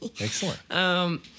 Excellent